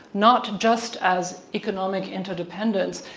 not just as economic interdependence,